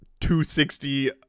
260